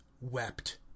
wept